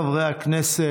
חבריי חברי הכנסת,